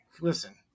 listen